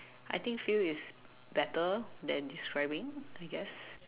I think feel is better than describing I guess